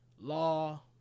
law